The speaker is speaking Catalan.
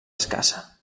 escassa